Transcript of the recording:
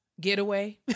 getaway